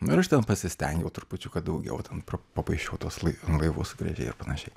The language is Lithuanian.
nu ir aš ten pasistengiau trupučiuką daugiau ten papaišiau tuos laivus gražiai ir panašiai